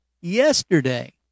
yesterday